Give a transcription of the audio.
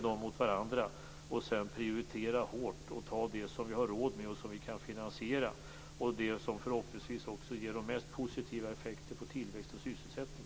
Sedan får vi prioritera hårt och ta det som vi har råd med, dvs. kan finansiera, och det som förhoppningsvis ger mest positiva effekter på tillväxt och sysselsättning.